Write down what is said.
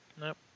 Nope